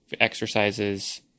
exercises